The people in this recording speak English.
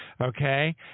Okay